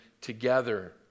together